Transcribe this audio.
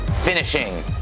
finishing